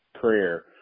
career